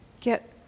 get